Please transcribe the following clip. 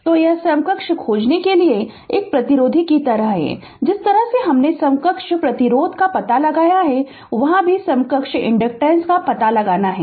तो यह समकक्ष खोजने के लिए एक प्रतिरोधी की तरह है जिस तरह से हमने समकक्ष प्रतिरोध का पता लगाया है वहां भी समकक्ष इनडकटेंस का पता लगाना है